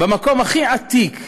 במקום הכי עתיק,